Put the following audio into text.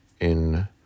in